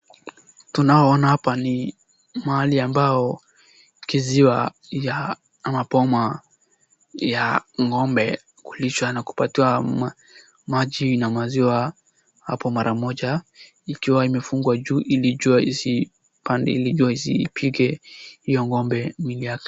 Tunaona hapa ni mahali ambao kiziwa ya ama boma ya ng'ombe hulishwa na kupatiwa maji na maziwa hapo mara moja ikiwa imefungwa juu ili jua isipige hiyo ng'ombe.